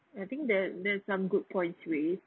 I think that that's some good points to raise